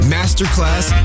Masterclass